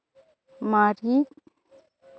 ᱢᱟᱹᱨᱤᱪ